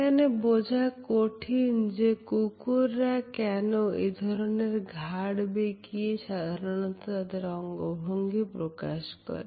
এখানে বোঝা কঠিন যে কুকুররা কেন এই ধরনের ঘাড় বেঁকিয়ে সাধারণত তাদের অঙ্গভঙ্গি প্রকাশ করে